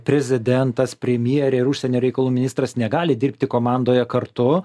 prezidentas premjerė ir užsienio reikalų ministras negali dirbti komandoje kartu